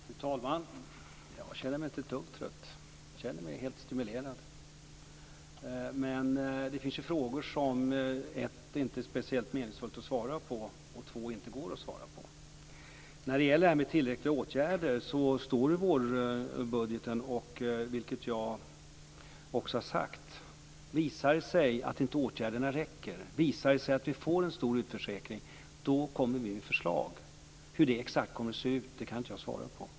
Fru talman! Jag känner mig inte ett dugg trött. Jag känner mig helt stimulerad. Men det finns ju frågor som det inte är speciellt meningsfullt att svara på och frågor som det inte går att svara på. När det gäller frågan om tillräckliga åtgärder står det i vårbudgeten, vilket jag också har sagt, att om det visar sig att åtgärderna inte räcker och om det visar sig att vi får en stor utförsäkring, då kommer vi med förslag. Hur det exakt kommer att se ut kan jag inte svara på.